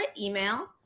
email